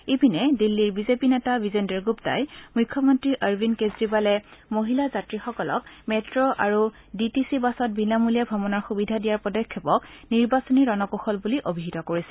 ইপিনে দিল্লীৰ বিজেপি নেতা বিজেন্দৰ গুপ্তাই মুখ্যমন্ত্ৰী অৰবিন্দ কেজৰিৱালে মহিলা যাত্ৰীসকলক মেট্ৰ' আৰু ডি টি চি বাছত বিনামূলীয়া ভ্ৰমণৰ সুবিধা দিয়াৰ পদক্ষেপক নিৰ্বাচনী ৰণকৌশল বুলি অভিহিত কৰিছে